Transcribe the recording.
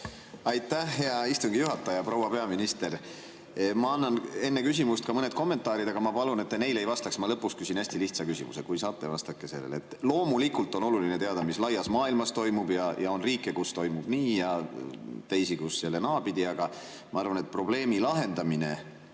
Aitäh, hea istungi juhataja! Proua peaminister! Ma annan enne küsimust ka mõned kommentaarid, aga ma palun, et te neile ei vastaks. Ma lõpus küsin hästi lihtsa küsimuse. Kui saate, vastake sellele. Loomulikult on oluline teada, mis laias maailmas toimub, ja on riike, kus toimub niipidi, ja teisi, kus jälle naapidi, aga ma arvan, et probleemi lahendamine,